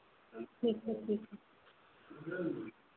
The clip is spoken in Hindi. ठीक है ठीक है